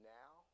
now